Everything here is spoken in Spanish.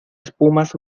espumas